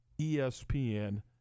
ESPN